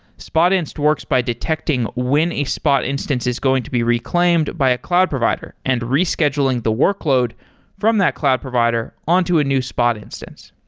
spotinst works by detecting when a spot instance is going to be reclaimed by a cloud provider and rescheduling the workload from that cloud provider on to a new spot instance.